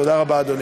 תודה רבה, אדוני.